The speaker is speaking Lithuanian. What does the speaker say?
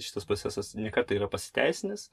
šitas procesas ni kartą yra pasiteisinęs